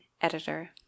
editor